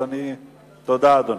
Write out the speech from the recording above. תודה, אדוני.